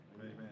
Amen